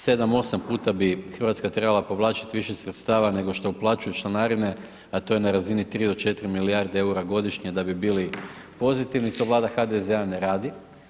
7-8 puta bi RH trebala povlačit više sredstava nego što uplaćuje članarine, a to je na razini 3 do 4 milijarde EUR-a godišnje da bi bili pozitivni, to Vlada HDZ-a ne radi.